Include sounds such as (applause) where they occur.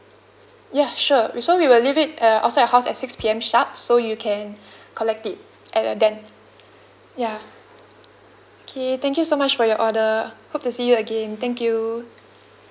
ya sure we so we will leave it uh outside your house at six P_M sharp so you can (breath) collect it and uh then ya okay thank you so much for your order hope to see you again thank you